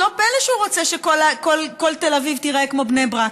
לא פלא שהוא רוצה שכל תל אביב תיראה כמו בני ברק.